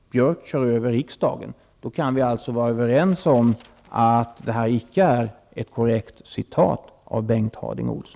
Vi kan alltså vara överens om att detta icke är ett korrekt citat av Bengt Harding Olson.